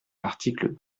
l’article